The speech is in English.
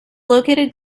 located